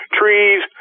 trees